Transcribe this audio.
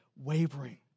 wavering